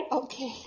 okay